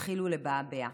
התחילו לבעבע,